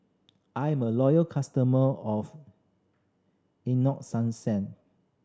I'm a loyal customer of